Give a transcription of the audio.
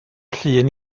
llun